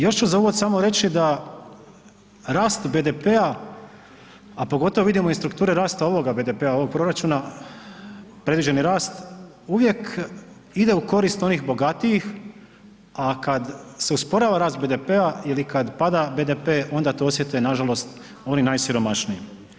Još ću za uvod samo reći da rast BDP-a a pogotovo vidimo i strukture rasta ovoga BDP-a, ovoga proračuna, predviđeni rast uvijek ide u korist onih bogatiji a kad se usporava rast BDP-a ili kad pada BDP onda to osjete nažalost oni najsiromašniji.